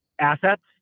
assets